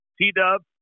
T-Dub